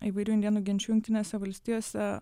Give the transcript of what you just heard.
įvairių indėnų genčių jungtinėse valstijose